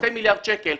שני מיליארד שקלים.